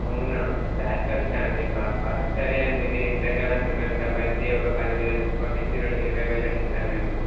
అవునా క్లాస్ ఫస్టా అండి పాప సరే అండి మీరు ఇంతగా అంటున్నారు కాబట్టి ఒక పదివేల డిస్కౌంట్ ఇచ్చి ఇర ఇరవై వేలకి ఇస్తానండి